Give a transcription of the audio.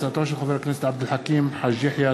הצעתו של חבר הכנסת עבד אל חכים חאג׳ יחיא.